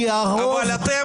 כי הרוב הוא רוב --- אתם